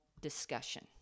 discussion